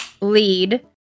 lead